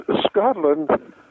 Scotland